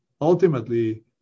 ultimately